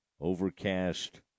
overcast